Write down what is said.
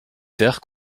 terre